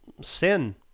Sin